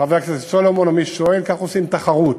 חבר הכנסת סולומון, או מי ששואל, ככה עושים תחרות.